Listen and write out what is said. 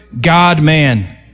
God-man